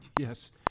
yes